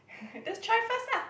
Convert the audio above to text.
just try first lah